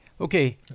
Okay